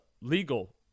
legal